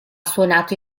suonato